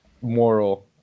moral